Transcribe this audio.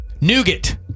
Nougat